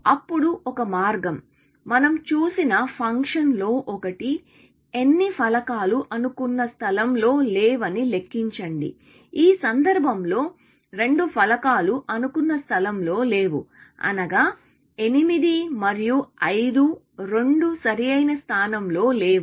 అప్పుడు ఒక మార్గం మనం చూసిన ఫంక్షన్లలో ఒకటి ఎన్ని ఫలకాలు అనుకున్న స్థలం లో లేవని లెక్కించండి ఈ సందర్భంలో రెండు ఫలకాలు అనుకున్న స్థలం లో లేవు అనగా 8 మరియు 5 రెండూ సరియిన స్థానం లో లేవు